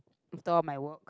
after all my work